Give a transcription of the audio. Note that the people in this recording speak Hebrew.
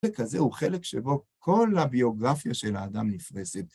וכזה הוא חלק שבו כל הביוגרפיה של האדם נפרשת.